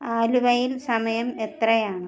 ആലുവയിൽ സമയം എത്രയാണ്